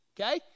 Okay